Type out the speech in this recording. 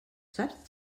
saps